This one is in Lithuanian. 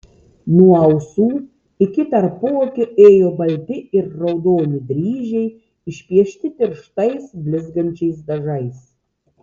nuo ausų iki tarpuakio ėjo balti ir raudoni dryžiai išpiešti tirštais blizgančiais dažais